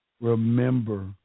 remember